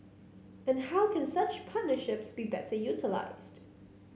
and how can such partnerships be better utilised